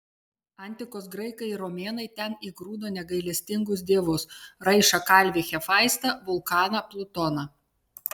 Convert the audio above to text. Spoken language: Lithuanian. antikos graikai ir romėnai ten įgrūdo negailestingus dievus raišą kalvį hefaistą vulkaną plutoną